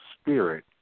spirit